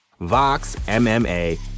VOXMMA